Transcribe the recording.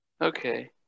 Okay